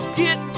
get